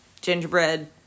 Gingerbread